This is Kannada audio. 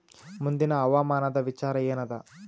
ಮುಂದಿನ ಹವಾಮಾನದ ವಿಚಾರ ಏನದ?